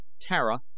Tara